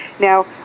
now